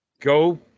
go